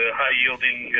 high-yielding